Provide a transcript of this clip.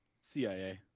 CIA